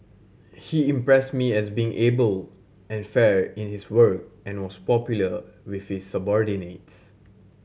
he impressed me as being able and fair in his work and was popular with his subordinates